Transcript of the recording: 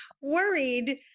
worried